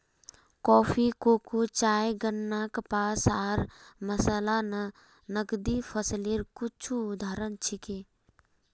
coffee, cocoa, चाय, गन्ना, कपास आर मसाला नकदी फसलेर कुछू उदाहरण छिके